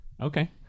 okay